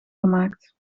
gemaakt